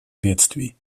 бедствий